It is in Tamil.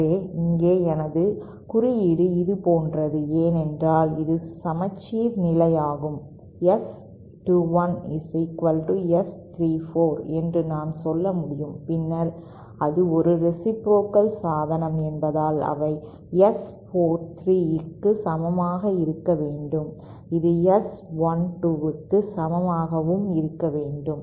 எனவே இங்கே எனது குறியீடு இது போன்றது ஏனென்றால் இது சமச்சீர்நிலை ஆகும் S 21 S 34 என்று நான் சொல்ல முடியும் பின்னர் அது ஒரு ரேசிப்ரோகல் சாதனம் என்பதால் அவை S 43 க்கு சமமாக இருக்க வேண்டும் இது S12 க்கு சமமாகவும் இருக்க வேண்டும்